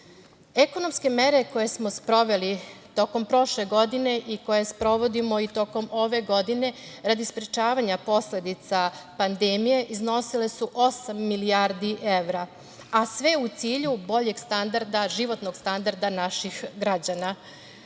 mere koje smo sproveli tokom prošle godine i koje sprovodimo i tokom ove godine radi sprečavanja posledica pandemije iznosile su osam milijardi evra, a sve u cilju boljeg životnog standarda naših građana. Sve